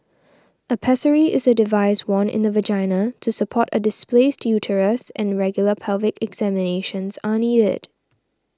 a pessary is a device worn in the vagina to support a displaced uterus and regular pelvic examinations are needed